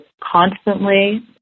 constantly